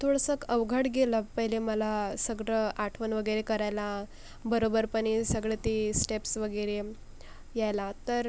थोडंसं अवघड गेलं पहिले मला सगळं आठवण वगैरे करायला बरोबरपणे सगळं ते स्टेप्स वगैरे यायला तर